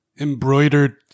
embroidered